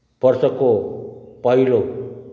वर्षको पहिलो